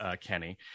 Kenny